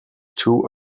two